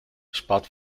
spart